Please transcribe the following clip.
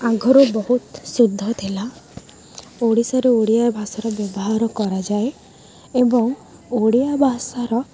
ଆଗରୁ ବହୁତ ଶୁଦ୍ଧ ଥିଲା ଓଡ଼ିଶାରେ ଓଡ଼ିଆ ଭାଷାର ବ୍ୟବହାର କରାଯାଏ ଏବଂ ଓଡ଼ିଆ ଭାଷାର